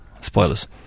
Spoilers